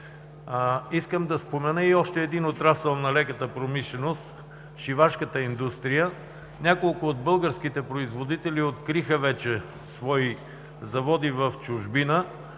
Искам да спомена и още един отрасъл на леката промишленост – шивашката индустрия. Няколко от българските производители откриха вече свои заводи в чужбина,